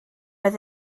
oedd